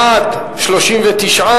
בעד, 39,